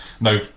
now